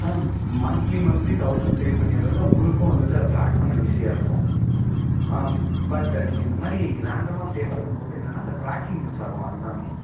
ஆ monthly monthly thousand pay பண்ணிடுறது தான் உங்களுக்கும் வந்துவிட்டு அது டிராக் பண்ண ஈஸியாக இருக்கும் பட் நீங்கள் இந்தமாதிரி ரேண்டமாக பே பண்ணும்போது என்னென்னா அந்த டிராக்கிங் மிஸ்ஸாகும் மேம் அதுதாங்க மேம்